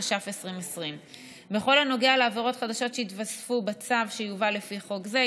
התש"ף 2020. בכל הנוגע לעבירות חדשות שיתווספו בצו שיובא לפי חוק זה,